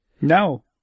No